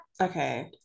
okay